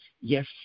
Yes